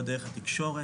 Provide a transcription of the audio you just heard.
לא דרך תקשורת.